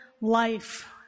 life